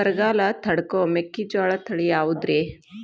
ಬರಗಾಲ ತಡಕೋ ಮೆಕ್ಕಿಜೋಳ ತಳಿಯಾವುದ್ರೇ?